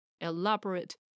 elaborate